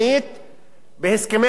בהסכמי העבודה במשק.